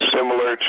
similar